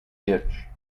hitch